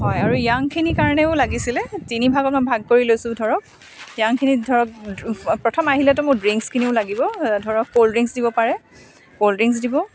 হয় আৰু য়াংখিনিৰ কাৰণেও লাগিছিলে তিনিভাগত মই ভাগ কৰি লৈছোঁ ধৰক য়াংখিনিক ধৰক প্ৰথম আহিলেতো মোক ড্ৰিংকছখিনিও লাগিব ধৰক ক'ল্ড ড্ৰিংকছ দিব পাৰে ক'ল্ড ড্ৰিংকছ দিব